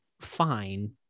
fine